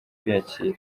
kwiyakira